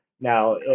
Now